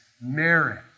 merit